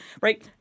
right